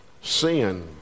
Sin